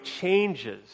changes